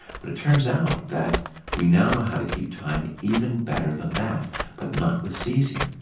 but it turns out that we now know how to keep time even better than that but not with caesium.